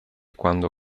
quando